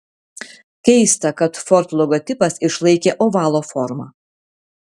keista kad ford logotipas išlaikė ovalo formą